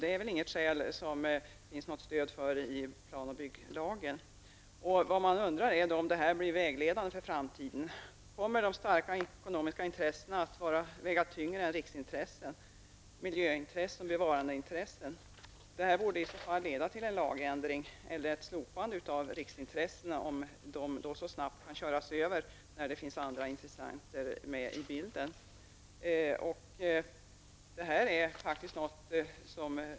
Det är väl inget skäl som det finns något stöd för i plan och bygglagen! Kommer detta att bli vägledande inför framtiden? Kommer de starka ekonomiska intressena att väga tyngre än riksintressen, miljöintressen och bevarandeintressen? I så fall borde det ske en lagändring eller ett slopande av kriteriet riksintressen, om dessa så snabbt kan köras över när det finns andra intressenter med i bilden.